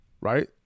right